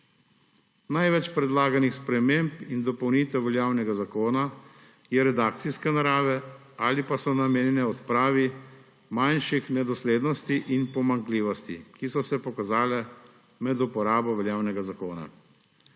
Največ predlaganih sprememb in dopolnitev veljavnega zakona je redakcijske narave ali pa so namenjeni odpravi manjših nedoslednosti in pomanjkljivosti, ki so se pokazale med uporabo veljavnega zakona.